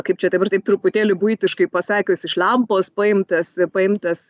kaip čia dabar taip truputėlį buitiškai pasakius iš lempos paimtas paimtas